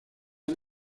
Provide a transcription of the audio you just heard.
han